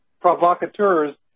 provocateurs